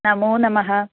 नमोनमः